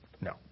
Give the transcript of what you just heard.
no